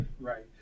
Right